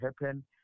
happen